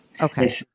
Okay